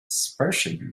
dispersion